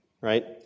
right